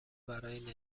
باید